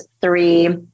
three